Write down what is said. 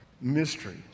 mystery